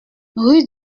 rue